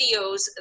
videos